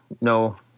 no